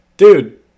Dude